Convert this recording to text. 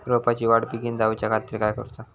रोपाची वाढ बिगीन जाऊच्या खातीर काय करुचा?